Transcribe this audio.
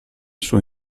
suo